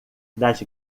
das